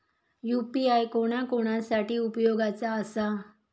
UPI कोणा कोणा साठी उपयोगाचा आसा?